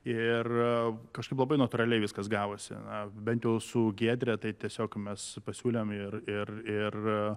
ir kažkaip labai natūraliai viskas gavosi bent jau su giedre tai tiesiog mes pasiūlėm ir ir ir